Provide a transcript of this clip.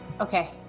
Okay